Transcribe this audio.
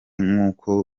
nkuko